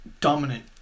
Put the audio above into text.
dominant